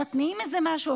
מתניעים איזה משהו,